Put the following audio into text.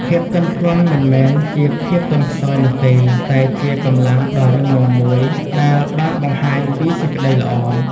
ភាពទន់ភ្លន់មិនមែនជាភាពទន់ខ្សោយនោះទេ តែជាកម្លាំងដ៏រឹងមាំមួយដែលបានបង្ហាញពីសេចក្ដីល្អ។